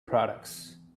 products